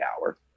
hour